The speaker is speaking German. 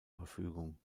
verfügung